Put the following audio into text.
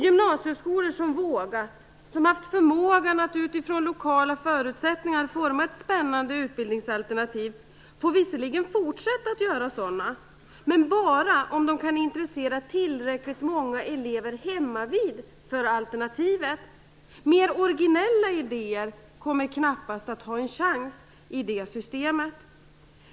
Gymnasieskolor som vågat och som haft förmåga att utifrån lokala förutsättningar forma ett spännande utbildningsalternativ får visserligen fortsätta att göra sådant, men bara om de kan intressera tillräckligt många elever hemmavid för alternativet. Mer originella idéer kommer knappast att ha en chans i det systemet.